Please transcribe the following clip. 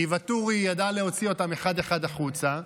כי ואטורי ידע להוציא אותם אחד-אחד החוצה,